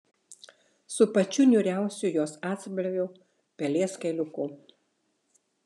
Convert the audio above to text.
su pačiu niūriausiu jos atspalviu pelės kailiuku